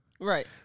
right